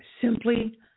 simply